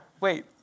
wait